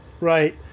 Right